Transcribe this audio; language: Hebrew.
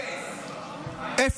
אפס.